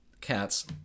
Cats